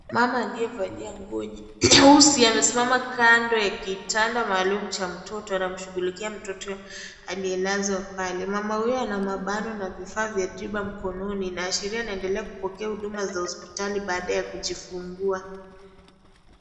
Mama aliye valia nguo nyeusi amesimama kando ya kitanda maalum cha Mtoto. Anamshughulikia mtoto aliye lazwa pale. Mama huyo ana mabano na vitu ya tiba mkononi. Inaashiria anaendelea kupokea huduma za hospitalini baada ya kujifungua.